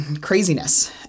craziness